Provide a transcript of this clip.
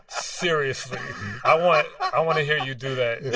seriously, i want i want to hear you do that